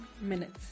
minutes